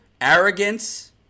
arrogance